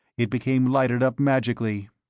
it became lighted up magically.